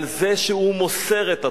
על זה שהוא מוסר את התורה.